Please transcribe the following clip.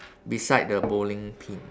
beside the bowling pin